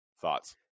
thoughts